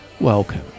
welcome